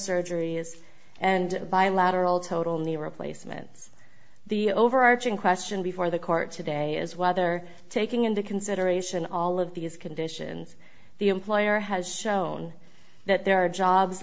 surgeries and bilateral total knee replacements the overarching question before the court today is whether taking into consideration all of these conditions the employer has shown that there are jobs